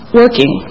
working